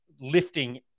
lifting